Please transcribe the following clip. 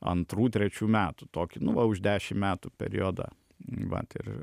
antrų trečių metų tokį nu va už dešimt metų periodą vat ir